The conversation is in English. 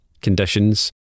conditions